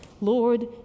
Lord